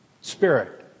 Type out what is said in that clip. spirit